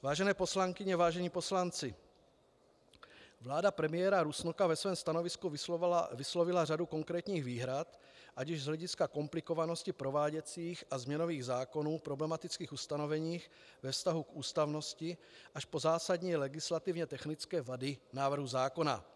Vážené poslankyně, vážení poslanci, vláda premiéra Rusnoka ve svém stanovisku vyslovila řadu konkrétních výhrad, ať již z hlediska komplikovanosti prováděcích a změnových zákonů, problematických ustanovení ve vztahu k ústavnosti až po zásadní legislativně technické vady návrhu zákona.